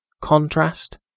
contrast